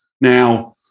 Now